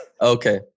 okay